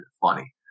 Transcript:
funny